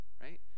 right